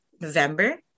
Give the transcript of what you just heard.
November